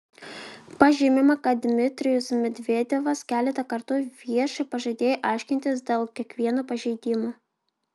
pažymima kad dmitrijus medvedevas keletą kartų viešai pažadėjo aiškintis dėl kiekvieno pažeidimo